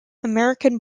american